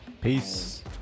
Peace